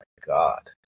God